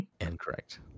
Incorrect